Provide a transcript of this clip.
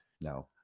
no